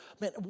man